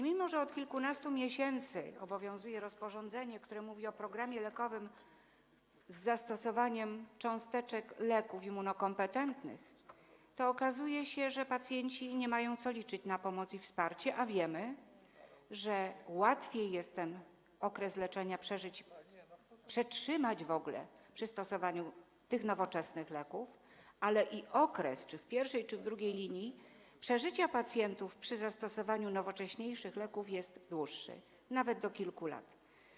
Mimo że od kilkunastu miesięcy obowiązuje rozporządzenie, które mówi o programie lekowym z zastosowaniem cząsteczek leków immunokompetentnych, okazuje się, że pacjenci nie mają co liczyć na pomoc i wsparcie, a wiemy, że łatwiej jest okres leczenia przeżyć, przetrzymać w ogóle, przy stosowaniu nowoczesnych leków, a okres - czy w pierwszej, czy w drugiej linii - przeżycia pacjentów przy stosowaniu nowocześniejszych leków jest dłuższy, nawet o kilka lat.